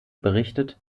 berichtet